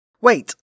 Wait